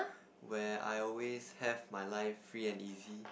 where I always have my life free and easy